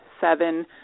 Seven